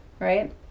right